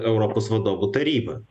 europos vadovų tarybą